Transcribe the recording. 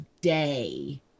day